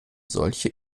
solche